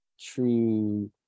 true